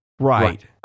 Right